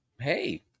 Hey